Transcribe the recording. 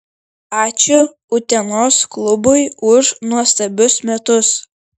ačiū utenos klubui už nuostabius metus